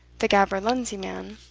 the gaberlunzie man.